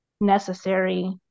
necessary